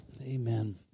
Amen